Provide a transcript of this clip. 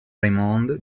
raymond